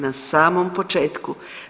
Na samom početku.